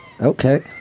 Okay